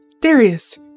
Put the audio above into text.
Darius